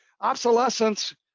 Obsolescence